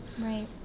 right